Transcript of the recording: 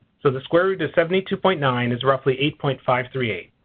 so the square root is seventy two point nine is roughly eight point five three eight.